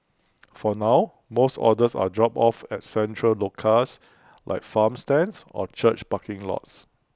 for now most orders are dropped off at central locales like farm stands or church parking lots